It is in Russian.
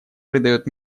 придает